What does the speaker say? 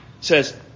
says